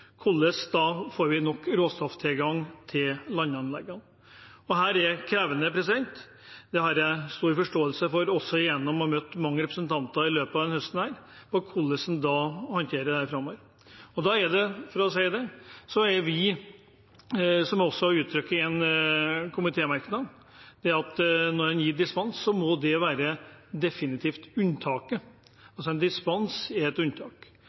hvordan vi får nok råstofftilgang til landanleggene. Dette er krevende, og det har jeg stor forståelse for, også gjennom å ha møtt mange representanter i løpet av denne høsten. Hvordan håndterer man dette framover? Da er det slik, som vi også har uttrykt i en komitémerknad, at når en gir dispensasjon, må det definitivt være unntaket. En dispensasjon er et unntak.